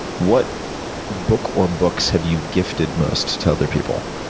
what book or books have you gifted most to other people?